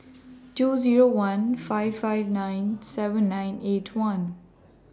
two Zero one five five nine seven nine eight one